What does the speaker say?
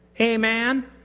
Amen